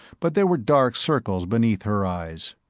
but there were dark circles beneath her eyes.